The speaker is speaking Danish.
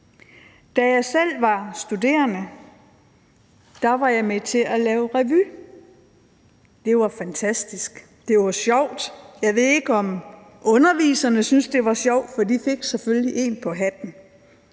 Da jeg selv var studerende, var jeg med til at lave revy. Det var fantastisk, det var sjovt. Jeg ved ikke, om underviserne syntes, det var sjovt, for de fik selvfølgelig en på hatten,